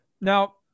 Now